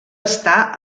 estar